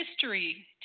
history